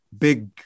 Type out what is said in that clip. big